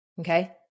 okay